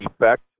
effect